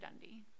Dundee